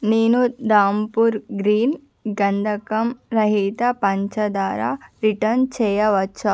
నేను ధాంపూర్ గ్రీన్ గంధకం రహిత పంచదార రిటర్న్ చేయవచ్చా